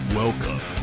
Welcome